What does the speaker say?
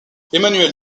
emmanuel